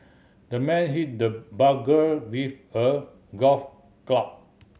the man hit the burglar with a golf club